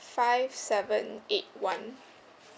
five seven eight one